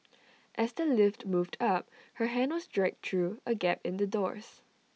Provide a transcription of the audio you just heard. as the lift moved up her hand was dragged through A gap in the doors